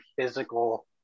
physical